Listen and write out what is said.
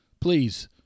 Please